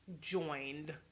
joined